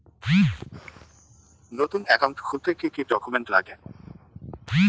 নতুন একাউন্ট খুলতে কি কি ডকুমেন্ট লাগে?